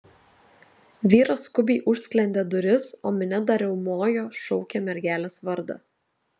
vyras skubiai užsklendė duris o minia dar riaumojo šaukė mergelės vardą